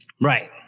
Right